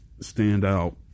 standout